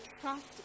trust